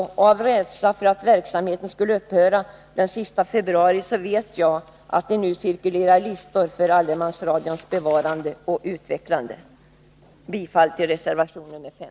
Jag vet att man av rädsla för att verksamheten skulle upphöra den sista februari nu låter listor cirkulera för allemansradions bevarande och utvecklande. Jag yrkar bifall till reservation nr 5.